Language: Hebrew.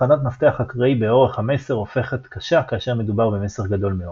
הכנת מפתח אקראי באורך המסר הופכת קשה כאשר מדובר במסר גדול מאוד.